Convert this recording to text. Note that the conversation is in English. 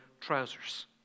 trousers